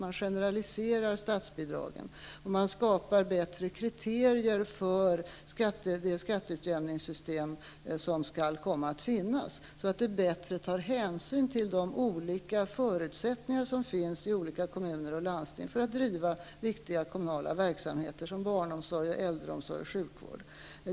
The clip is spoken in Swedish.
Man generaliserar statsbidragen och skapar bättre kriterier för det skatteutjämningssystem som skall komma så att det bättre tar hänsyn till de olika förutsättningarna i olika kommuner och landsting för att driva viktiga kommunala verksamheter såsom barnomsorg, äldreomsorg och sjukvård.